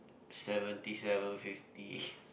seventy seven fifty